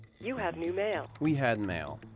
you have new mail. we had mail.